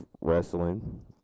wrestling